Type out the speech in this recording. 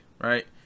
right